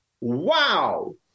Wow